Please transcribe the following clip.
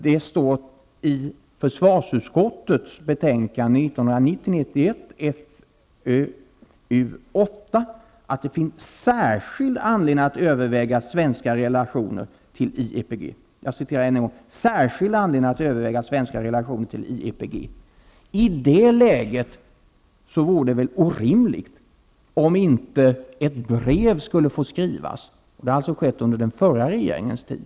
Det står i försvarsutskottets betänkande 1990/91:FöU8 att det finns särskild anledning att överväga svenska relationer till IEPG. I det läget vore det väl orimligt om inte ett brev skulle få sändas till IEPG. Det har alltså skett under den förra regeringens tid.